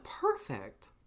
perfect